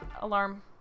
alarm